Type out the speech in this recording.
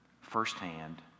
firsthand